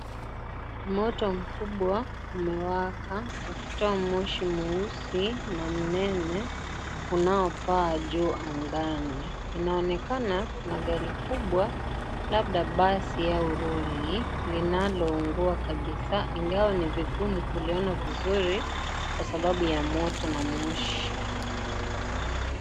Moto mkubwa umewaka na kutoa moshi mweusi na mnene unaopaa juu angani, inaonekana kuna gari kubwa labda basi au lori linalo ungua kabisa ingawa ni vigumu kuliona vizuri kwa sababu ya moto na moshi.